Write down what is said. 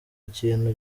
ikintu